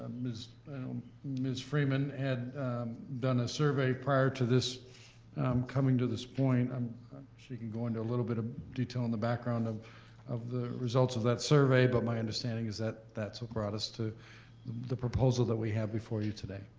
ms ms. freeman had done a survey prior to this coming to this point. um she can go into a little bit of detail in the background of of the results of that survey, but my understanding is that that's what brought us to the proposal that we have before you today.